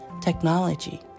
technology